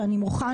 ואני מוחה.